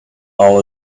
all